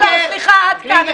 לא, לא, סליחה, עד כאן.